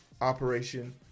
operation